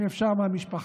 אם אפשר מהמשפחה,